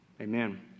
Amen